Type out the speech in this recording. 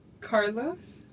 Carlos